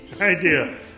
idea